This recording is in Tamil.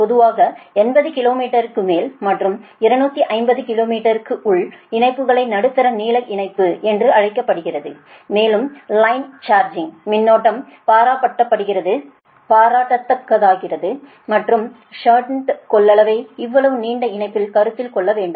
பொதுவாக 80 கிலோமீட்டருக்கு மேல் மற்றும் 250 கிலோமீட்டருக்குள் உள்ள இணைப்புகளை நடுத்தர நீளக் இணைப்பு என்று அழைக்கிறோம் மேலும் லைன் சார்ஜ் மின்னோட்டம் பாராட்டத்தக்கதாகிறது மற்றும் ஷன்ட் கொள்ளளவை இவ்வளவு நீண்ட இணைப்பில் கருத்தில் கொள்ள வேண்டும்